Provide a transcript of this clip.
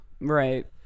Right